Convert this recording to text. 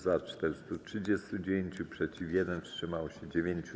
Za - 439, przeciw - 1, wstrzymało się 9.